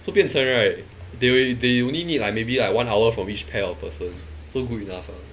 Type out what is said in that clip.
so 变成 right they they only need like maybe like one hour from each pair of person so good enough ah